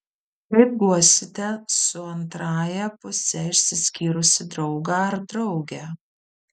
kaip guosite su antrąja puse išsiskyrusį draugą ar draugę